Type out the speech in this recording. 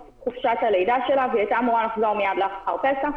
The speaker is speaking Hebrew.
חופשת הלידה שלה והיא הייתה אמורה לחזור מיד לאחר פסח.